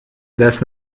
دست